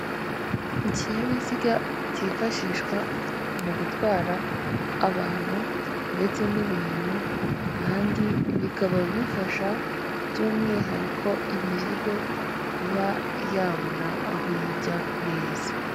Ikinyabiziga kifashishwa mugutwara abantu ndetse n'ibintu, kandi bikaba bifasha by'umwihariko imizigo kuba yabona aho ijya neza.